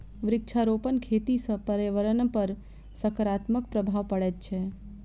वृक्षारोपण खेती सॅ पर्यावरणपर सकारात्मक प्रभाव पड़ैत छै